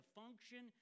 function